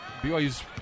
BYU's